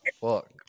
fuck